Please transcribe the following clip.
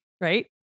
right